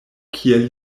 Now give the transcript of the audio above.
kiel